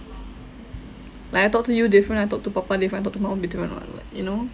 like I talk to you different I talk to papa different I talk to mama different and all like you know